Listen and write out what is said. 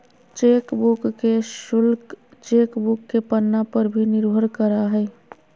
chequebook के शुल्क chequebook के पन्ना पर भी निर्भर करा हइ